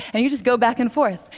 and you just go back and forth,